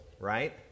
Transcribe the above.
Right